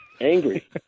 Angry